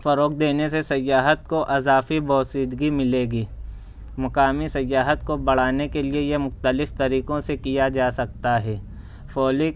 فروغ دینے سے سیاحت کو اضافی بوسیدگی ملے گی مقامی سیاحت کو بڑھانے کے لئے یہ مختلف طریقوں سے کیا جاسکتا ہے فولک